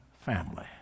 family